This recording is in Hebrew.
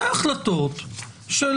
זה החלטות של